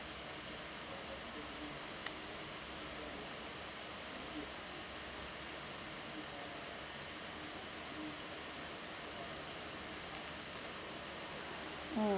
mm